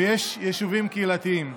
ויש יישובים קהילתיים.